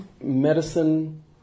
medicine